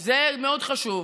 זה מאוד חשוב,